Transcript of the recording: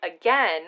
again